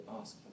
ask